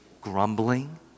grumbling